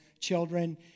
children